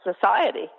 society